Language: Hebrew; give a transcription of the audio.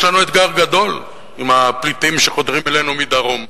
יש לנו אתגר גדול עם הפליטים שחודרים אלינו מדרום.